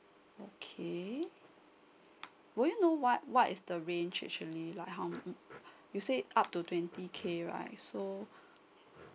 okay would you know what what is the range actually like how um you say up to twenty K right so